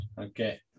Okay